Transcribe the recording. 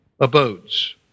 abodes